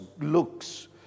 looks